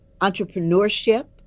entrepreneurship